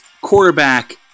quarterback